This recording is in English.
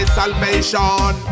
salvation